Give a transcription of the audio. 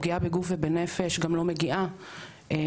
הפגיעה בגוף ובנפש גם לא מגיעה לתקשורת,